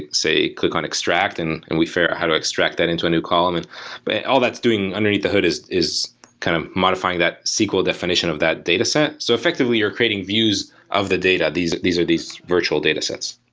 say, click on extract, and and we figure out how to extract that into a new column. and but all that's doing underneath the hood is is kind of modifying that sql definition of that dataset. so effectively, you're creating views of the data. these these are these virtual datasets.